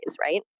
right